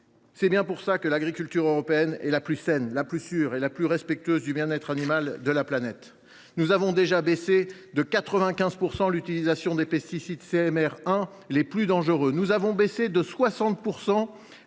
C’est bien pour cela que l’agriculture européenne est la plus saine, la plus sûre et la plus respectueuse du bien être animal de la planète. Nous avons déjà baissé de 95 % l’utilisation des pesticides cancérogènes, mutagènes et